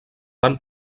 van